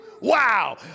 Wow